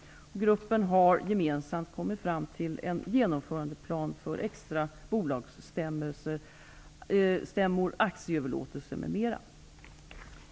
Gruppen har gemensamt kommit fram till en genomförandeplan för extra bolagsstämmor, aktieöverlåtelser m.m.